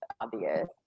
obvious